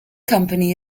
company